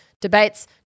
debates